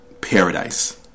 paradise